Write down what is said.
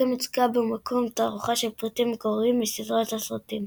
וכן הוצגה במקום תערוכה של פריטים מקוריים מסדרת הסרטים.